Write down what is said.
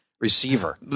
Receiver